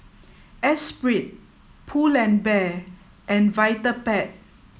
Esprit Pull and Bear and Vitapet